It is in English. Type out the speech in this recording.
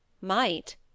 Might